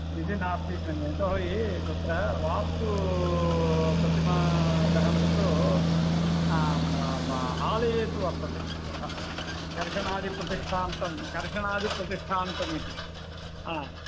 इति नास्ति इति मन्ये यतोहि तत्र वास्तु प्रतिमायां तु आलयेषु वर्तते तथा कर्षणादिप्रतिष्ठान्तं कर्षणादिप्रतिष्ठान्तम् इति